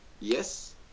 Yes